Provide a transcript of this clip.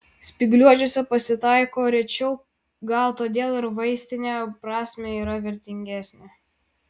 spygliuočiuose pasitaiko rečiau gal todėl ir vaistine prasme yra vertingesni